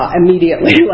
immediately